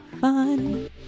fun